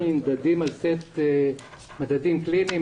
אנחנו נמדדים על סט מדדים קליניים.